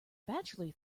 bachelor